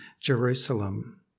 Jerusalem